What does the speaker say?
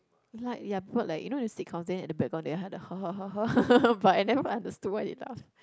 like ya people like you know the sitcoms at the background they had the ha ha ha ha but I never understood why they laugh